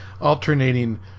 alternating